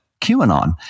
QAnon